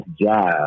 job